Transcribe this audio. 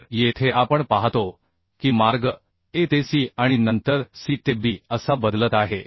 तर येथे आपण पाहतो की मार्ग a ते c आणि नंतर c ते b असा बदलत आहे